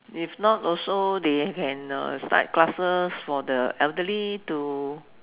if not also they can uh start classes for the elderly to